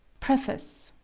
preface.